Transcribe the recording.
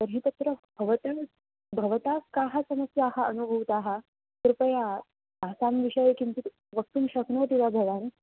तर्हि तत्र भवतां भवता काः समस्याः अनुभूताः कृपया तासां विषये किञ्चित् वक्तुं शक्नोति वा भवान्